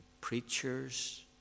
preachers